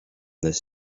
this